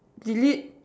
delete